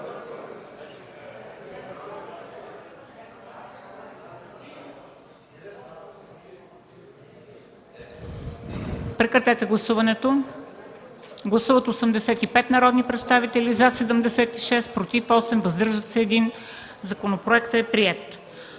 Прегласуване. Гласували 85 народни представители: за 76, против 8, въздържал се 1. Законопроектът е приет.